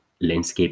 landscape